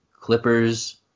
Clippers